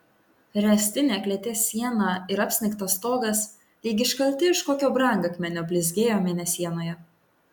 ręstinė klėties siena ir apsnigtas stogas lyg iškalti iš kokio brangakmenio blizgėjo mėnesienoje